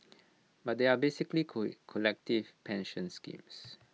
but they are basically collective pension schemes